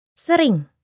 Sering